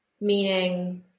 meaning